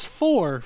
four